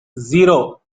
zero